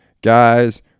Guys